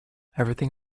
everything